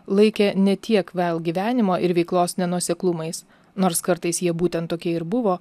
laikė ne tiek vail gyvenimo ir veiklos nenuoseklumais nors kartais jie būtent tokie ir buvo